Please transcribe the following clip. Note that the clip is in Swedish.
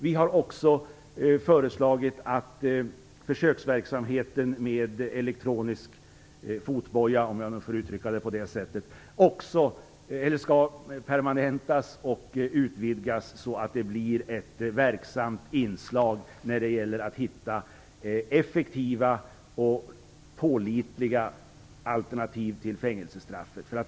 Vi har också föreslagit att försöksverksamheten med elektronisk fotboja skall permanentas och utvidgas så att det blir ett verksamt inslag när det gäller att hitta effektiva och pålitliga alternativ till fängelsestraffet.